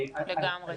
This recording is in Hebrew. לגמרי.